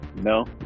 no